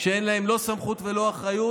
כשאין להם לא סמכות ולא אחריות,